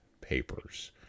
papers